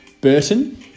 Burton